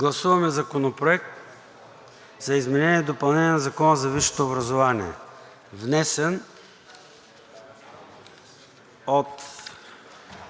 Гласуваме Законопроект за изменение и допълнение на Закона за висшето образование, №